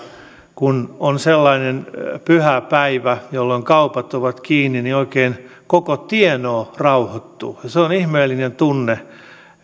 kun on sellainen pyhäpäivä jolloin kaupat ovat kiinni niin oikein koko tienoo rauhoittuu se on ihmeellinen tunne